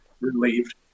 relieved